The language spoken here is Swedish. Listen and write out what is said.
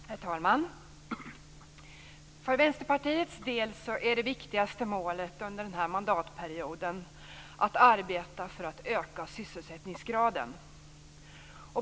Herr talman! För Vänsterpartiets del är det viktigaste målet under denna mandatperiod att arbeta för att öka sysselsättningsgraden.